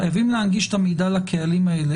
חייבים להנגיש את המידע לקהלים האלה,